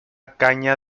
caña